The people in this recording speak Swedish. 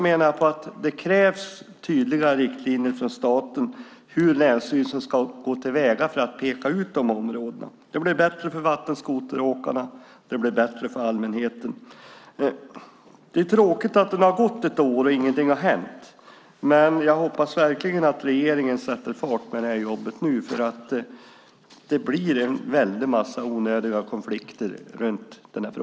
Det krävs därför tydliga riktlinjer från staten för hur länsstyrelserna ska gå till väga för att peka ut områdena. Det blir bättre för vattenskoteråkarna, och det blir bättre för allmänheten. Det är tråkigt att det har gått ett år och ingenting har hänt. Men jag hoppas verkligen att regeringen nu sätter fart på det här jobbet, för annars blir det en massa onödiga konflikter.